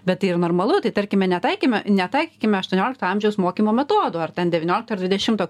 bet tai ir normalu tai tarkime netaikyme netaikykime aštuoniolikto amžiaus mokymo metodų ar ten devyniolikto ar dvidešimto